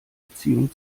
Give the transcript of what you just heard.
beziehungen